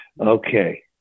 Okay